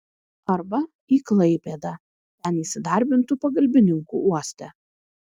arba į klaipėdą ten įsidarbintų pagalbininku uoste